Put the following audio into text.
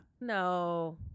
No